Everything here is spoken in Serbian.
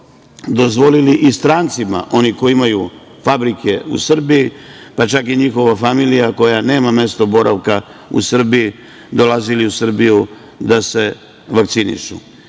dozvolili i strancima, onima koji imaju fabrike u Srbiji, pa čak i njihova familija koja nema mesto boravka u Srbiji, dolazili su u Srbiju da se vakcinišu. To